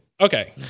Okay